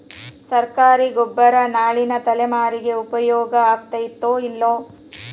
ಸರ್ಕಾರಿ ಗೊಬ್ಬರ ನಾಳಿನ ತಲೆಮಾರಿಗೆ ಉಪಯೋಗ ಆಗತೈತೋ, ಇಲ್ಲೋ?